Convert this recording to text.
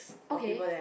okay